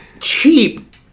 cheap